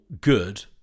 good